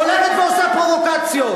הולכת ועושה פרובוקציות.